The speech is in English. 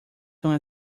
soon